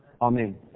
Amen